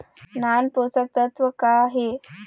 नान पोषकतत्व का हे?